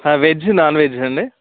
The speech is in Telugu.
వెజ్ నాన్ వెజ్ అండి